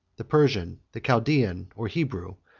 the persian, the chaldaean or hebrew,